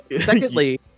Secondly